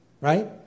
right